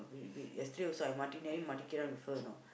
bit bit I still also with her you know